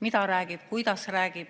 mida räägib, kuidas räägib.